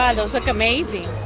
those look amazing!